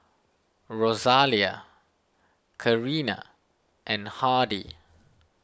Rosalia Karina and Hardie